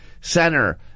center